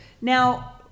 Now